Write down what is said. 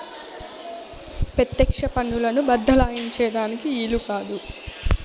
పెత్యెక్ష పన్నులను బద్దలాయించే దానికి ఈలు కాదు